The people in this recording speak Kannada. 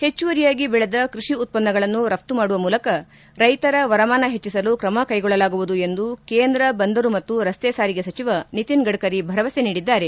ಹೆಚ್ಚುವರಿಯಾಗಿ ಬೆಳೆದ ಕೃಷಿ ಉತ್ಪನ್ನಗಳನ್ನು ರಫ್ತು ಮಾಡುವ ಮೂಲಕ ರೈತರ ವರಮಾನ ಹೆಚ್ಚಸಲು ಕ್ರಮಕೈಗೊಳ್ಳಲಾಗುವುದು ಎಂದು ಕೇಂದ್ರ ಬಂದರು ಮತ್ತು ರಸ್ತೆ ಸಾರಿಗೆ ಸಚಿವ ನಿತಿನ್ ಗಡ್ಕರಿ ಭರವಸೆ ನೀಡಿದ್ದಾರೆ